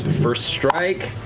first strike.